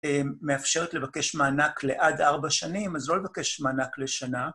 מאפשרת לבקש מענק לעד ארבע שנים, אז לא לבקש מענק לשנה.